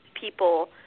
people